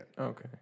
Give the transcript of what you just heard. Okay